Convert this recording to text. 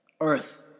Earth